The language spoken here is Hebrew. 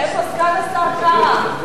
איפה סגן השר קרא?